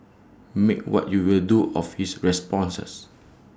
make what you will do of his responses